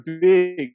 big